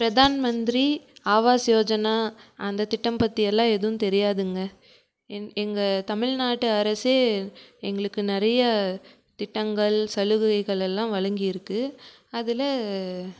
பிரதான் மந்த்ரி ஆவாஸ் யோஜனா அந்தத் திட்டம் பற்றியெல்லாம் எதுவும் தெரியாதுங்க என் எங்கள் தமிழ்நாட்டு அரசு எங்களுக்கு நிறைய திட்டங்கள் சலுகைகளெல்லாம் வழங்கி இருக்குது அதில்